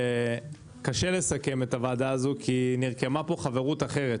קשה לסכם את הוועדה הזאת כי נרקמה פה חברות אחרת,